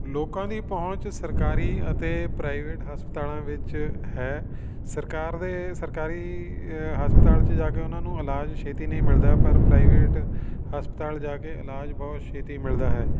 ਲੋਕਾਂ ਦੀ ਪਹੁੰਚ ਸਰਕਾਰੀ ਅਤੇ ਪ੍ਰਾਈਵੇਟ ਹਸਪਤਾਲਾਂ ਵਿੱਚ ਹੈ ਸਰਕਾਰ ਦੇ ਸਰਕਾਰੀ ਹਸਪਤਾਲ 'ਚ ਜਾ ਕੇ ਉਹਨਾਂ ਨੂੰ ਇਲਾਜ ਛੇਤੀ ਨਹੀਂ ਮਿਲਦਾ ਪਰ ਪ੍ਰਾਈਵੇਟ ਹਸਪਤਾਲ ਜਾ ਕੇ ਇਲਾਜ ਬਹੁਤ ਛੇਤੀ ਮਿਲਦਾ ਹੈ